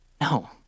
No